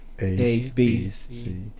A-B-C